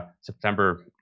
September